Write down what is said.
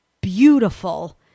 beautiful